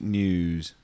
news